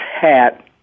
Hat